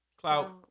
Clout